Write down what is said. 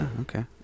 Okay